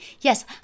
yes